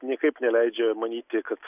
niekaip neleidžia manyti kad